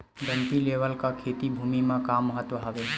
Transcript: Dumpy level का खेती भुमि म का महत्व हावे?